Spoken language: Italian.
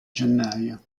gennaio